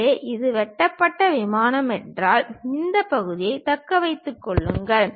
எனவே இது வெட்டப்பட்ட விமானம் என்றால் இந்த பகுதியை தக்க வைத்துக் கொள்ளுங்கள்